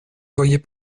voyais